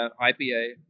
ipa